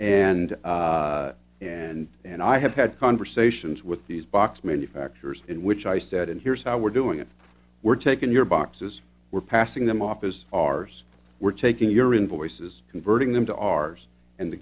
and and and i have had conversations with the xbox manufacturers in which i said and here's how we're doing it we're taking your boxes we're passing them office ours we're taking your invoices converting them to ours and the